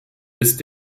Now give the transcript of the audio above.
ist